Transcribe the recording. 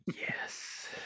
Yes